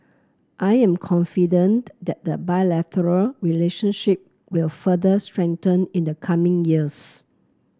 I am confident that the bilateral relationship will further strengthen in the coming years